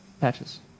Patches